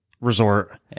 resort